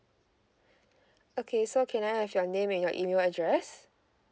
okay so can I have your name and your email address